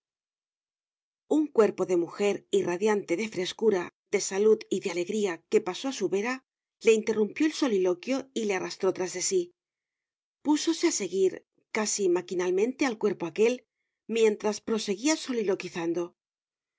un cuerpo de mujer irradiante de frescura de salud y de alegría que pasó a su vera le interrumpió el soliloquio y le arrastró tras de sí púsose a seguir casi maquinalmente al cuerpo aquel mientras proseguía soliloquizando